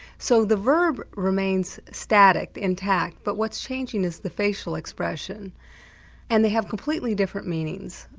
so the verb remains static, intact, but what's changing is the facial expression and they have completely different meanings.